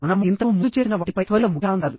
మనము ఇంతకు ముందు చేసిన వాటిపై త్వరిత ముఖ్యాంశాలు